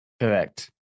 correct